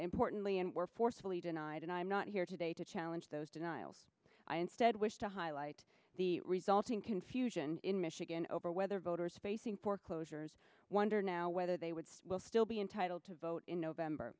denied and i'm not here today to challenge those denials i instead wish to highlight the resulting confusion in michigan over whether voters facing foreclosures wonder now whether they would will still be entitled to vote in november